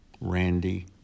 Randy